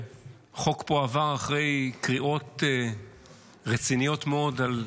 שחוק פה עבר אחרי קריאות רציניות מאוד על אל-ג'זירה?